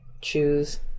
choose